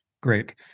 great